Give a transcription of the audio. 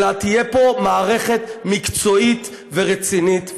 אלא תהיה פה מערכת מקצועית ורצינית וממלכתית.